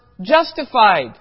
justified